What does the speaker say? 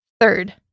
Third